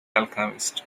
alchemist